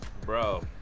bro